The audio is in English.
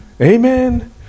Amen